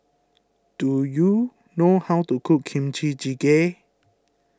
do you know how to cook Kimchi Jjigae